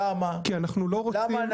למה?